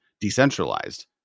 Decentralized